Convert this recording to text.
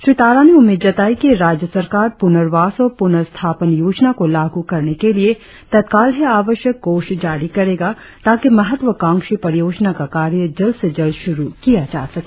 श्री तारा ने उम्मीद जताई कि राज्य सरकार पुनर्वास और पुनर्स्थापन योजना को लागू करने के लिए तत्काल ही आवश्यक कोष जारी करेगा ताकि महत्वकांक्षी परियोजना का कार्य जल्द से जल्द शुरु किया जा सके